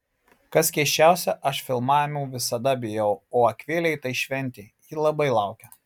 kas keisčiausia aš filmavimų visada bijau o akvilei tai šventė ji labai laukia